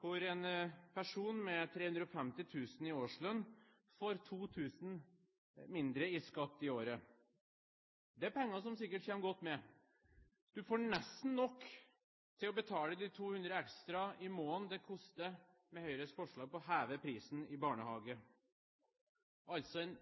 hvor en person med 350 000 kr i årslønn får 2 000 kr mindre i skatt i året. Det er penger som sikkert kommer godt med. Du får nesten nok til å betale de 200 kr ekstra i måneden det koster med Høyres forslag om å heve prisen i barnehage, altså en